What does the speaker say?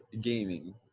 gaming